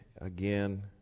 again